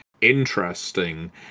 interesting